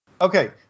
Okay